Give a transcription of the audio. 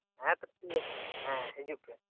ᱦᱮᱸᱛᱚ ᱴᱷᱤᱠ ᱟᱪᱷᱮ ᱦᱮᱸ ᱦᱤᱡᱩᱜ ᱯᱮ